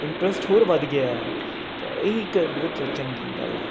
interest ਹੋਰ ਵੱਧ ਗਿਆ ਹੈ ਤਾਂ ਇਹ ਇੱਕ ਬਹੁਤ ਚੰਗੀ ਗੱਲ ਹੈ